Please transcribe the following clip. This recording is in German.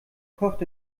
kocht